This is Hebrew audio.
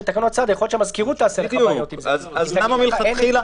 גם כשמפרשים "ידע או היה